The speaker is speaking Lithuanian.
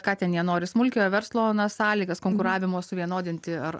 ką ten jie nori smulkiojo verslo na sąlygas konkuravimo suvienodinti ar